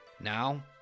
Now